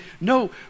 No